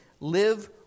live